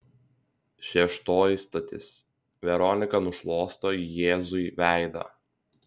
šeštoji stotis veronika nušluosto jėzui veidą